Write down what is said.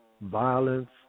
violence